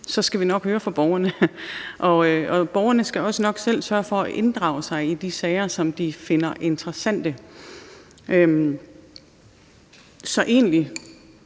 så skal vi nok høre fra borgerne. Og borgerne skal også nok selv sørge for at blive inddraget i de sager, som de finder interessante. Så egentlig